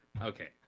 okay